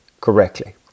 correctly